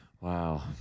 Wow